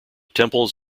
temples